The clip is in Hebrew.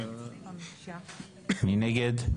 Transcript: מי נגד?